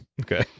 Okay